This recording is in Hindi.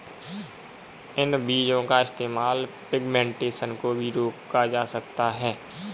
इन बीजो का इस्तेमाल पिग्मेंटेशन को भी रोका जा सकता है